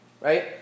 Right